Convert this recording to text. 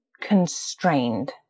constrained